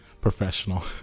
professional